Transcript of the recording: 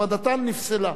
תודה רבה.